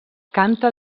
canta